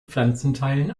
pflanzenteilen